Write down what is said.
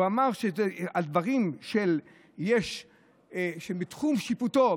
הוא אמר שעל דברים שבתחום שיפוטו,